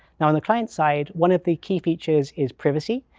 now, on the client side, one of the key features is privacy.